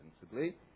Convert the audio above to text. sensibly